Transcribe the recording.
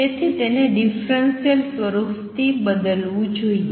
તેથી તેને ડિફરંસિયલ સ્વરૂપથી બદલવું જોઈએ